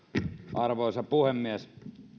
arvoisa puhemies